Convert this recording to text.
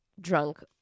drunk